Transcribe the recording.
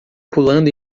pulando